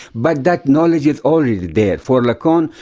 but that knowledge is always there. for lacan,